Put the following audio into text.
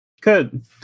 Good